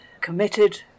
committed